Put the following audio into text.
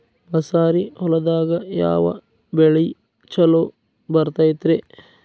ಮಸಾರಿ ಹೊಲದಾಗ ಯಾವ ಬೆಳಿ ಛಲೋ ಬರತೈತ್ರೇ?